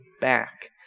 back